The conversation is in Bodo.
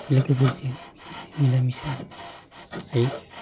लोगोफोरजों बिदिनो मिला मिसा थायो